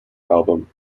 album